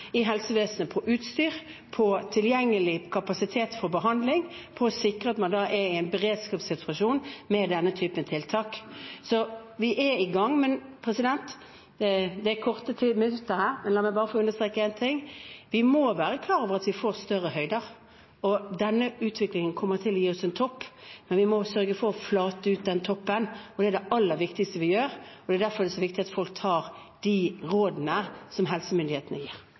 i helsevesenet når det gjelder utstyr og tilgjengelig kapasitet for behandling, for å sikre at man er i en beredskapssituasjon med denne typen tiltak. Så vi er i gang. Med den korte tiden vi har her, la meg bare få understreke én ting: Vi må være klar over at vi kommer til å få større høyder, og at denne utviklingen kommer til å gi oss en topp, men vi må sørge for å flate ut den toppen. Det vil være noe av det aller viktigste vi gjør. Det er derfor det er så viktig at folk tar til seg de rådene som helsemyndighetene gir.